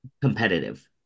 competitive